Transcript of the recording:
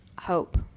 Hope